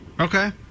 Okay